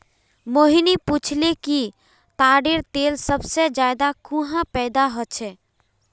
मोहिनी पूछाले कि ताडेर तेल सबसे ज्यादा कुहाँ पैदा ह छे